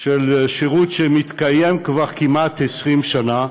בשירות שמתקיים כמעט 20 שנה,